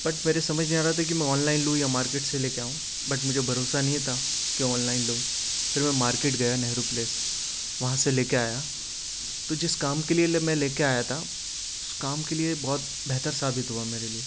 but میرے سمجھ نہیں آ رہا تھا کہ میں آن لائن لوں یا مارکیٹ سے لے کے آؤں بٹ مجھے بھروسہ نہیں تھا کہ آن لائن لوں پھر میں مارکیٹ گیا نہرو پلیس وہاں سے لے کے آیا تو جس کام کے لیے میں لے کے آیا تھا اس کے کام کے لیے بہت بہتر ثابت ہوا میرے لیے